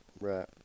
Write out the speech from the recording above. Right